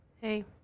Hey